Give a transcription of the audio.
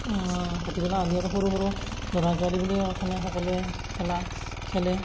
ভাটিবেলা হ'লে আৰু সৰু সৰু ল'ৰা ছোৱালী বুলি কথা নাই সকলোৱে খেলা খেলে